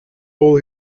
all